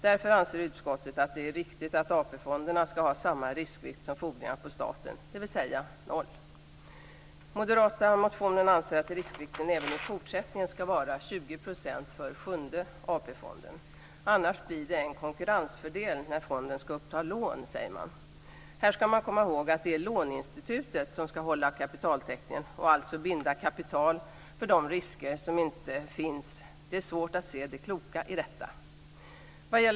Därför anser utskottet att det är riktigt att AP fonderna ska ha samma riskvikt som fordringar på staten, dvs. noll. I den moderata motionen anförs att riskvikten även i fortsättningen ska vara 20 % för Sjunde AP fonden. Man säger att det annars blir en konkurrensfördel när fonden ska uppta lån. Man ska komma ihåg att det är låneinstitutet som ska hålla kapitaltäckningen och alltså binda kapital för de risker som inte finns. Det är svårt att se det kloka i detta.